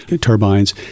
turbines